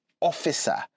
officer